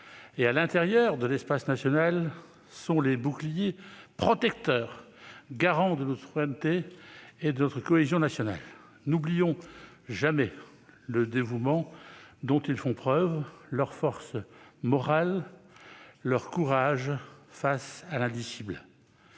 et à l'intérieur de l'espace national sont les boucliers protecteurs garants de notre souveraineté et de notre cohésion nationale. N'oublions jamais le dévouement dont ils font preuve, leur force morale, leur courage face à l'indicible.